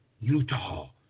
Utah